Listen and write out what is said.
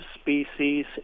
species